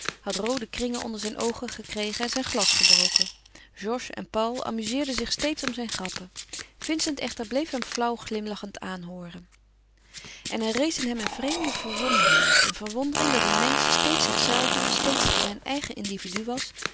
had roode kringen onder zijn oogen gekregen en zijn glas gebroken georges en paul amuzeerden zich steeds om zijn grappen vincent echter bleef hem flauw glimlachend aanhooren en er rees in hem een vreemde verwondering op een verwondering dat een mensch steeds zichzelve steeds zijn eigen individu was